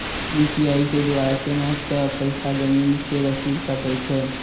UPI के द्वारा केना कऽ पैसा जमीन के रसीद कटैय छै?